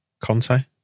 Conte